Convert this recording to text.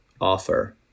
offer